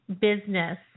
business